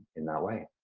in that way.